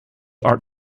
art